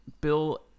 bill